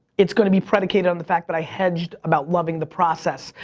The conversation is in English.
it's going to be predicated on the fact that i hedged about loving the process,